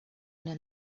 una